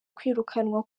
kwirukanwa